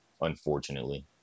unfortunately